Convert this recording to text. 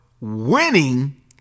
winning